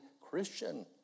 Christian